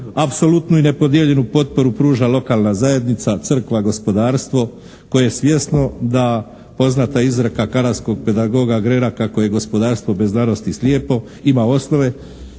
Apsolutno i nepodijeljenu potporu pruža lokalna zajednica, crkva, gospodarstvo koje je svjesno da poznata izreka Karanskog pedagoga Grera kako je gospodarstvo bez znanosti slijepo ima osnove,